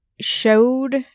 showed